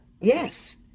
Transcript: yes